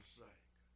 sake